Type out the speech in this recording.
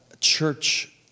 church